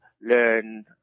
learn